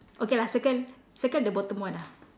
okay lah circle circle the bottom one ah